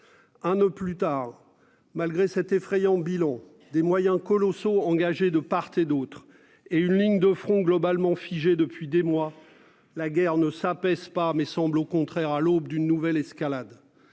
Un peu plus tard. Malgré cet effrayant bilan des moyens colossaux engagés de part et d'autre et une ligne de front globalement figé depuis des mois, la guerre ne s'apaise pas mais semble au contraire à l'aube d'une nouvelle escalade.